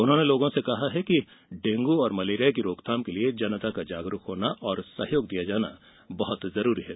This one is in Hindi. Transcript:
उन्होंने लोगों से कहा है कि डेंगू और मलेरिया की रोकथाम के लिये जनता का जागरूक होना और सहयोग बहुत जरूरी है